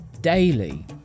Daily